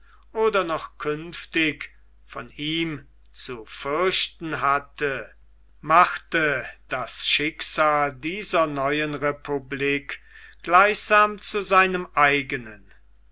oder noch künftig von ihm zu fürchten hatte machte das schicksal dieser neuen republik gleichsam zu seinem eigenen